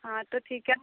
हाँ तो ठीक है